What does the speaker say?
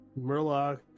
Murloc